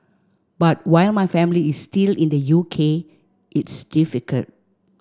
but while my family is still in the U K it's difficult